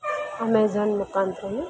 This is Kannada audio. ಅಮೇಝಾನ್ ಮುಖಾಂತ್ರವೇ